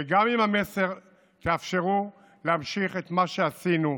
וגם עם המסר, תאפשרו להמשיך את מה שעשינו,